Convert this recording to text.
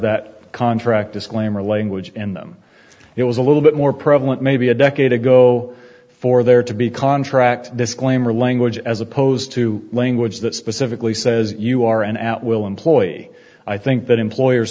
that contract disclaimer language in them it was a little bit more prevalent maybe a decade ago for there to be contract disclaimer language as opposed to language that specifically says you are an at will employee i think that employers